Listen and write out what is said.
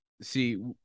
see